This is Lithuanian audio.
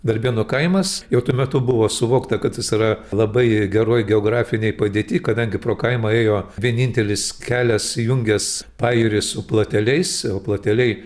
darbėnų kaimas jau tuo metu buvo suvokta kad jis yra labai geroj geografinėj padėty kadangi pro kaimą ėjo vienintelis kelias jungęs pajūrį su plateliais o plateliai